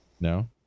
No